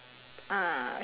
uh